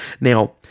Now